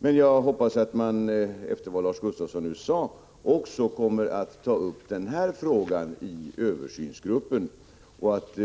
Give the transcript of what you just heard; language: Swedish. Men jag hoppas, efter vad Lars Gustafsson sade, att översynsgruppen kommer att behandla också denna fråga och att